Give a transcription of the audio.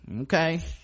okay